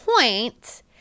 point